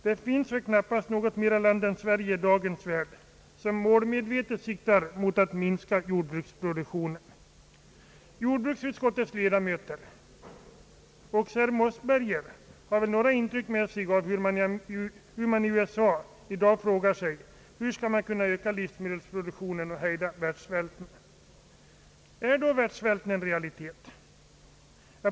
Det finns väl knappast något annat land än Sverige i dagens värld, som målmedvetet siktar mot att minska jordbruksproduktionen. = Jordbruksutskottets ledamöter — också herr Mossberger — har väl några intryck med sig från USA av hur man där frågar sig, hur man skall kunna öka livsmedelsproduktionen och hejda världssvälten? Är då världssvälten en realitet?